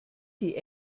die